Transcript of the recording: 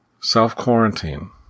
Self-quarantine